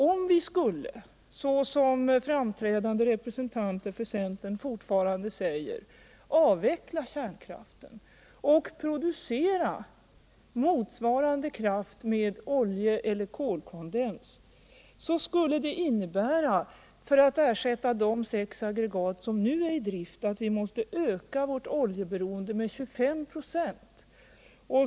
Om vi, som framträdande representanter för centern fortfarande säger, skulle avveckla kärnkraften och producera motsvarande kraft med oljekondens skulle det för att ersätta de sex aggregat som nu är i drift innebära att vi måste öka vårt oljeberoende med 25 96.